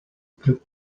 club